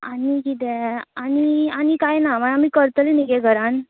आनी किदें आनी आनी काय ना माई आमी करतली न्ही हे घरान